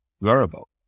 variable